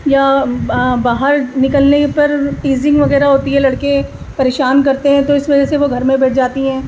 یا باہر نکلنے پر ٹیزنگ وغیرہ ہوتی ہے لڑکے پریشان کرتے ہیں تو اس وجہ سے وہ گھر میں بیٹھ جاتی ہیں